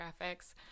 graphics